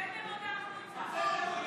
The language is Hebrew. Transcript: הוצאתם אותה החוצה.